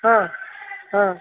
ಹಾಂ ಹಾಂ